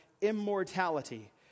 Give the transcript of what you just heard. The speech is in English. immortality